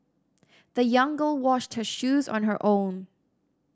the young girl washed her shoes on her own